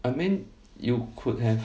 I mean you could have